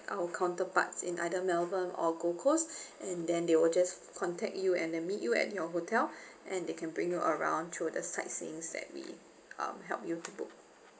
our counterparts in either melbourne or gold coast and then they will just contact you and they meet you at your hotel and they can bring you around through the sightseeing that we um help you to book